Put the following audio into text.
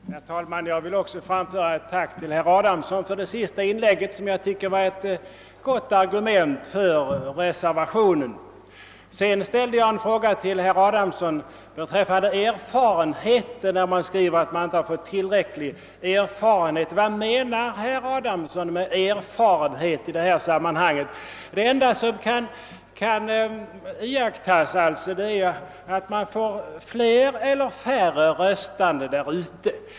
Herr talman! Jag vill också framföra ett tack till herr Adamsson för hans senaste inlägg, som jag tycker var ett gott argument för reservationen. Jag ställde en fråga till herr Adamsson. Utskottet skriver att man inte fått tillräcklig erfarenhet. Vad menar utskottet i detta sammanhang med erfarenhet, herr Adamsson? Det enda som kan iakttas är att man får fler eller färre röstande där ute.